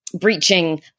breaching